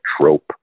trope